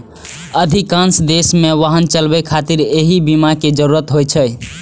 अधिकांश देश मे वाहन चलाबै खातिर एहि बीमा के जरूरत होइ छै